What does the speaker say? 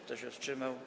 Kto się wstrzymał?